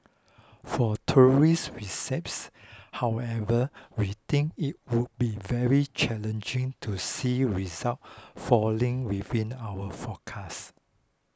for tourist receipts however we think it would be very challenging to see results falling within our forecast